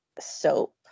soap